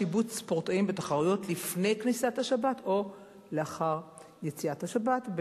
שיבוץ ספורטאים בתחרויות לפני כניסת השבת או לאחר יציאת השבת,